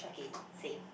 okay same